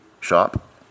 shop